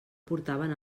portaven